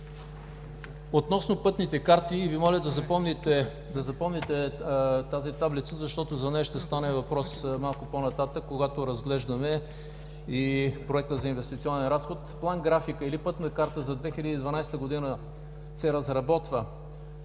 Относно пътните карти Ви моля да запомните тази таблица, защото за нея ще стане въпрос малко по-нататък, когато разглеждаме и Проекта за инвестиционен разход. План-график или Пътна карта за 2012 г. се разработва